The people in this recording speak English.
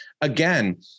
again